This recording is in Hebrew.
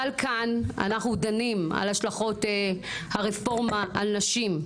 אבל כאן אנחנו דנים על השלכות הרפורמה על נשים,